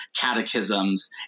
catechisms